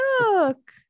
look